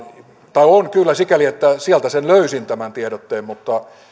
on kyllä sikäli että sieltä löysin tämän tiedotteen